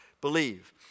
believe